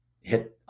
hit